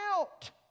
out